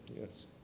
Yes